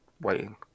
waiting